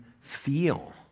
feel